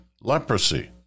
leprosy